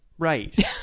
Right